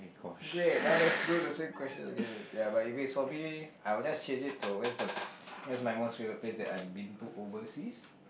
great now let's do the same question again ya but is for my I will just change it to where's the where's my most favorite place that I've been to overseas